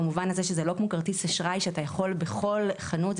במובן הזה שזה לא כמו כרטיס אשראי שאפשר להשתמש בו בכל חנות,